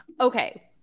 Okay